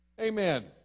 Amen